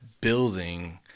building